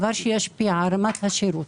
דבר שישפיע על רמת השירות.